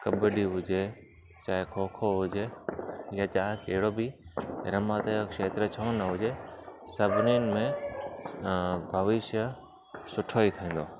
कब्बडी हुजे चाहे खो खो हुजे या कहिड़ो बि रमति जो क्षेत्र छो न हुजनीनि में भविष्य सुठो ई थींदो